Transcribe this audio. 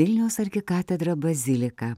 vilniaus arkikatedra bazilika